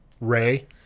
Ray